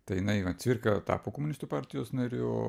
tai jinai cvirka tapo komunistų partijos nariu